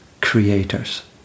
creators